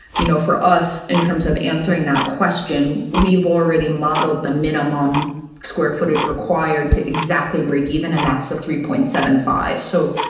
you know, for us, in terms of answering that question, we've already modeled the minimum square footage required to exactly. break even. and that's the three point seven five. so,